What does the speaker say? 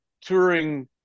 touring